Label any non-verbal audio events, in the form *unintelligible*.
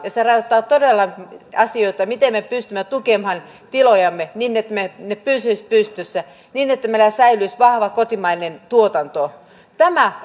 se rajoittaa todella asioita miten me pystymme tukemaan tilojamme niin että ne pysyisivät pystyssä niin että meillä säilyisi vahva kotimainen tuotanto tämä *unintelligible*